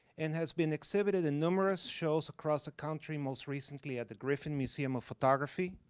and has been exhibited in numerous shows across the country most recently at the griffin museum of photography